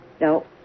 No